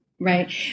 Right